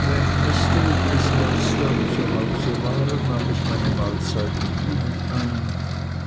wenn mr und miß murdstone zu hause waren nahm ich meine mahlzeit mit ihnen ein